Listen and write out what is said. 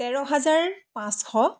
তেৰহাজাৰ পাঁচশ